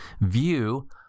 view